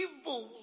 evils